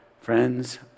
friends